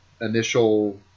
initial